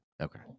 Okay